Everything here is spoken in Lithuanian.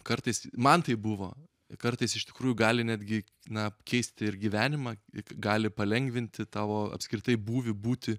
kartais man tai buvo kartais iš tikrųjų gali netgi na keisti ir gyvenimą gali palengvinti tavo apskritai būvį būtį